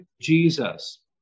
jesus